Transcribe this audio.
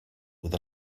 with